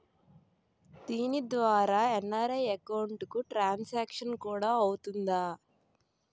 దీని ద్వారా NRI account transaction కూడా అవుతుందా?